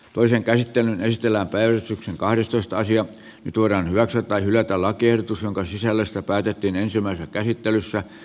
toisen käsittelyn väistellä päivystyksen kahdestoista nyt voidaan hyväksyä tai hylätä lakiehdotus jonka sisällöstä päätettiin ensimmäisessä käsittelyssä